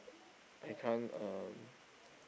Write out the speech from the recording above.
I can't uh